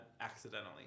accidentally